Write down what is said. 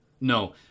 no